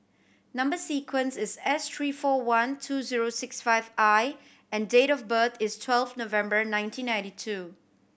number sequence is S three four one two zero six five I and date of birth is twelve November nineteen ninety two